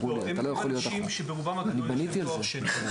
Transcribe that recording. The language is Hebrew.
מדובר באנשים שברובם הגדול יש להם תואר שני.